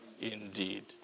indeed